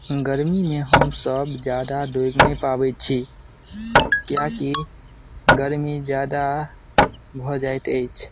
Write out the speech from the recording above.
गर्मीमे हमसब जादा डोबि नहि पाबै छी किएकि गर्मी जादा भऽ जाइत अछि